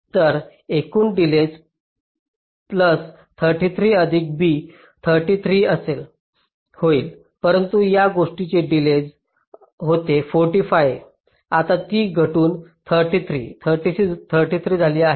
तर एकूण delays plus 33 अधिक be 33 असेल परंतु या गेटची डिलेज was 45 होती आता ती घटून 33 33 झाली आहे